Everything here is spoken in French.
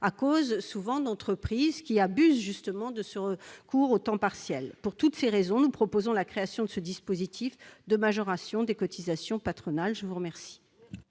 le faire, du fait d'entreprises qui, souvent, abusent du recours au temps partiel. Pour toutes ces raisons, nous proposons la création de ce dispositif de majoration des cotisations patronales. Quel